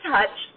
touch